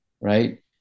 right